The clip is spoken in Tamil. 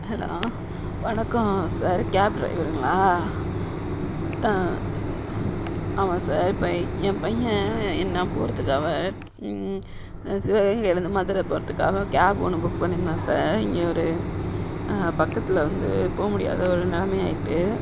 ஹலோ வணக்கம் சார் கேப் ட்ரைவருங்களா ஆமாம் சார் இப்போ என் பையன் நான் போறதுக்காக சிவகங்கையிலேருந்து மதுரை போறதுக்காக கேப் ஒன்று புக் பண்ணியிருந்தான் சார் இங்கே ஒரு பக்கத்தில் வந்து போக முடியாத ஒரு நிலமையாயிட்டு